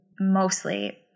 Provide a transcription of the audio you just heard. mostly